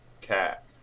cat